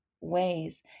ways